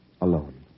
Alone